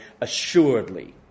assuredly